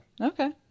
Okay